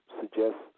suggest